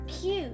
cute